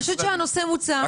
אני חושבת שהנושא מוצה.